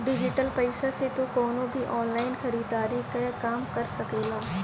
digital पईसा से तू कवनो भी ऑनलाइन खरीदारी कअ काम कर सकेला